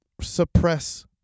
suppress